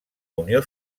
unió